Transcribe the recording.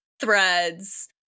threads